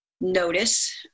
notice